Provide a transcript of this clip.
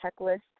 checklist